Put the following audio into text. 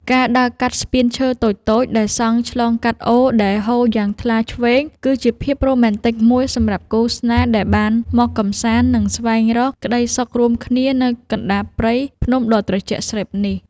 ការដើរកាត់ស្ពានឈើតូចៗដែលសង់ឆ្លងកាត់អូរដែលហូរយ៉ាងថ្លាឈ្វេងគឺជាភាពរ៉ូមែនទិកមួយសម្រាប់គូស្នេហ៍ដែលបានមកកម្សាន្ត និង ស្វែងរកក្តីសុខរួមគ្នានៅកណ្ដាលព្រៃភ្នំដ៏ត្រជាក់ស្រេបនេះ។